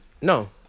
No